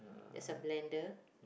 there's a blender